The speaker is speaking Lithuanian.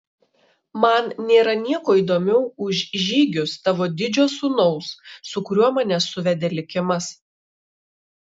man nėra nieko įdomiau už žygius tavo didžio sūnaus su kuriuo mane suvedė likimas